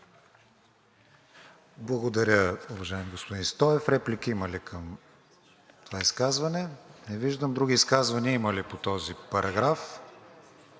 Благодаря, уважаеми господин Стоев. Реплики има ли към това изказване? Не виждам. Други изказвания има ли по този параграф?